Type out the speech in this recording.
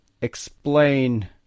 explain